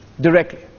directly